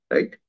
Right